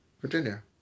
Virginia